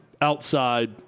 outside